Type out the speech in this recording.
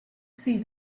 see